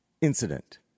incident